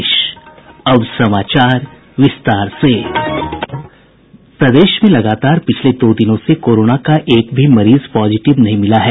प्रदेश में लगातार पिछले दो दिनों से कोरोना का एक भी मरीज पॉजिटिव नहीं मिला है